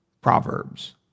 Proverbs